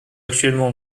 actuellement